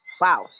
Wow